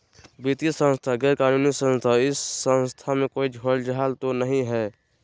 वित्तीय संस्था गैर कानूनी संस्था है इस संस्था में कोई झोलझाल तो नहीं है?